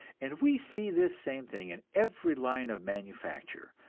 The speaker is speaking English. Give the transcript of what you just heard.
and we see this same thing in every line of manufacture,